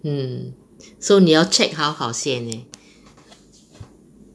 mm so 你要 check 好好先 leh